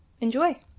enjoy